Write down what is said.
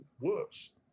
worse